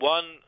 One